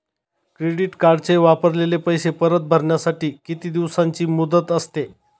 Credit कार्डचे वापरलेले पैसे परत भरण्यासाठी किती दिवसांची मुदत असते?